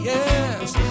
Yes